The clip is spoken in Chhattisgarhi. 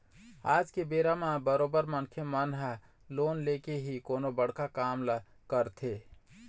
आज के बेरा म बरोबर मनखे मन ह लोन लेके ही कोनो बड़का काम ल करथे